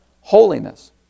holiness